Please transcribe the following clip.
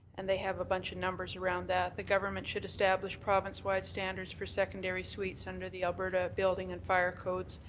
and they have a bunch of numbers around that. the government should establish province wide standards for secondary suites under the alberta building and fire codes,